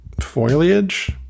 foliage